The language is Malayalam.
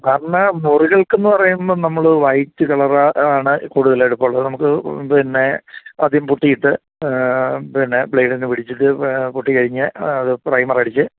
സാറിന് നൂറിൽ നിൽക്കുന്ന പറയുമ്പോൾ നമ്മൾ വൈറ്റ് കളറ് അതാണ് കൂടുതലായിട്ട് ഇപ്പം ഉള്ളത് നമുക്ക് പിന്നെ ആദ്യം പുട്ടിയിട്ട് പിന്നെ ബ്ലഡിന് പിടിച്ചിട്ട് പുട്ടി കഴിഞ്ഞ് അത് പ്രൈംമറടിച്ച്